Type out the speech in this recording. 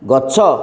ଗଛ